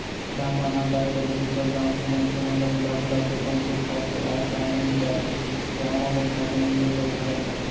किसान मन ह काय करही दूसर गाँव के मनखे मन ल बुला बुलाके अपन खेत खार के आय काम ल निपटाथे, गाँव म बनिहार नइ मिले बर धरय त